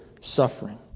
suffering